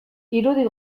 irudi